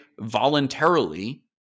voluntarily